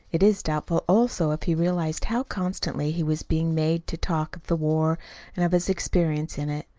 it is doubtful, also, if he realized how constantly he was being made to talk of the war and of his experience in it.